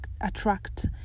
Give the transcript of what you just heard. attract